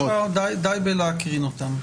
לאזרחים.